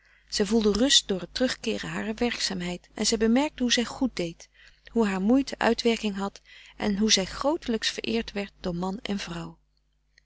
zij voelde rust door het terugkeeren harer werkzaamheid en zij bemerkte hoe zij goed deed hoe haar moeite uitwerking had en hoe zij grootelijks vereerd werd door man en vrouw